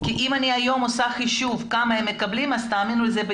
זה יהיה שונה.